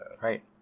Right